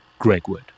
Gregwood